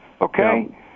okay